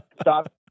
Stop